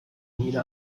nina